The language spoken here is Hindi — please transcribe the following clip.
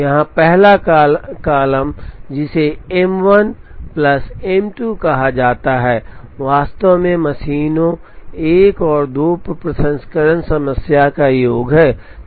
यहां पहला कॉलम जिसे एम 1 प्लस एम 2 कहा जाता है वास्तव में मशीनों 1 और 2 पर प्रसंस्करण समय का योग है